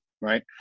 Right